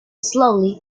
slowly